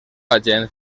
agent